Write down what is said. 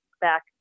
back